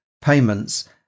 payments